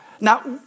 Now